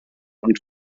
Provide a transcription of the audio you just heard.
und